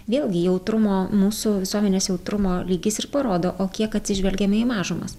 vėlgi jautrumo mūsų visuomenės jautrumo lygis ir parodo o kiek atsižvelgiame į mažumas